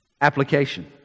Application